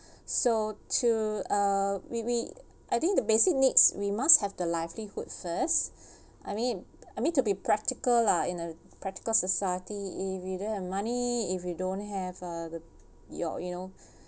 so to uh we we I think the basic needs we must have the livelihood first I mean I mean to be practical lah in a practical society if we don't have money if you don't have uh your you know